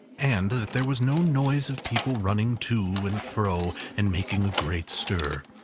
and that there was no noise of people running to and fro, and making a great stir,